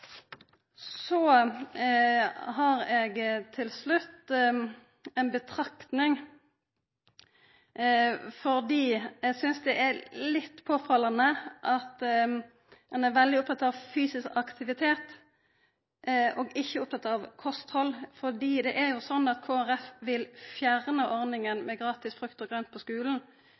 Så har eg til slutt ei betraktning. Eg synest det er litt påfallande at ein er veldig oppteken av fysisk aktivitet og ikkje oppteken av kosthald. Det er jo sånn at Kristeleg Folkeparti vi fjerna ordninga med gratis frukt og grønt i skulen.